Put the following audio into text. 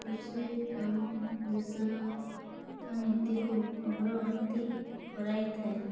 କୃଷି ଆମ ଦେଶର ଅର୍ଥନୀତିକୁ ଅଗ୍ରଗତି କରାଇଥାଏ